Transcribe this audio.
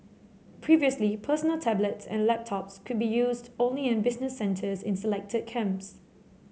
previously personal tablets and laptops could be used only in business centres in selected camps